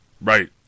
Right